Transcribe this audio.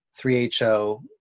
3HO